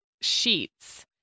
sheets